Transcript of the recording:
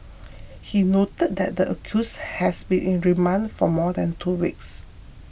he noted that the accuse has been in remand for more than two weeks